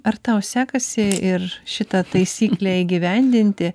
ar tau sekasi ir šitą taisyklę įgyvendinti